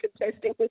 contesting